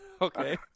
Okay